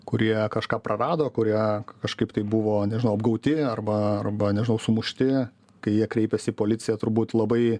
kurie kažką prarado kurie kažkaip tai buvo nežinau apgauti arba arba nežinau sumušti kai jie kreipias į policiją turbūt labai